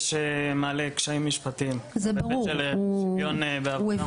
יש מלא קשיים משפטיים בהיבט של שוויון בעבודה.